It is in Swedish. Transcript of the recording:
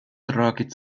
dragit